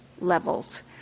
levels